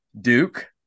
Duke